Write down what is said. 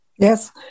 Yes